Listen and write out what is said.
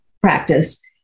practice